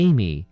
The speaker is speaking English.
Amy